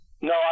No